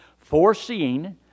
foreseeing